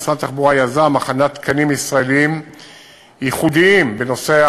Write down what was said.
משרד התחבורה יזם הכנת תקנים ישראליים ייחודיים בנושא,